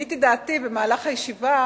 ששיניתי את דעתי לגביה במהלך הישיבה